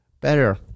better